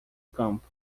campo